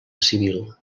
civil